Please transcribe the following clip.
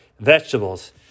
Vegetables